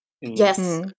Yes